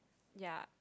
ya